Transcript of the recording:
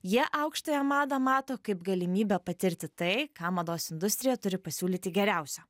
jie aukštąją madą mato kaip galimybę patirti tai ką mados industrija turi pasiūlyti geriausio